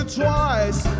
twice